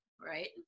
Right